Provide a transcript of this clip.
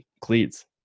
cleats